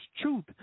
truth